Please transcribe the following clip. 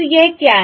तो यह क्या है